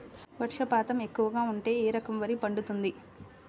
వర్షపాతం ఎక్కువగా ఉంటే ఏ రకం వరి పండుతుంది?